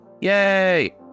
Yay